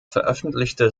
veröffentlichte